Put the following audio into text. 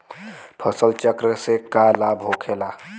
फसल चक्र से का लाभ होखेला?